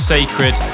Sacred